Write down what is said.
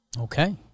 Okay